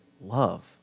love